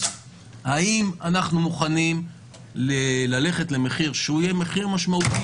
האם אנחנו מוכנים ללכת למחיר שהוא יהיה מחיר משמעותי